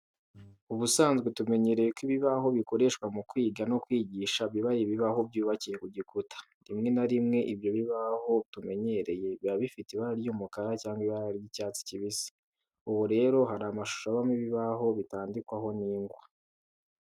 Ubusanzwe tumenyereye ko ibibaho bikoreshwa mu kwiga no kwigisha biba ari ibibaho byubakiye ku gikuta, rimwe na rimwe ibyo bibaho tumenyereye biba bifite ibara ry'umukara cyangwa ibara ry'icyatsi kibisi. Ubu rero hari amashuri abamo ibibaho bitandikwaho n'ingwa.